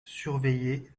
surveiller